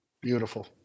Beautiful